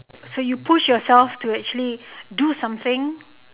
so you push yourself to actually do something